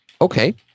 Okay